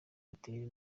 airtel